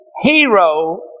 hero